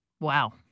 Wow